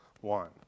one